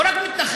לא רק מתנחל,